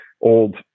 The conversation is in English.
old